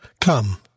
Come